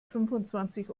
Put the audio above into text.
fünfundzwanzig